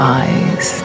eyes